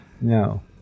No